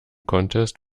contest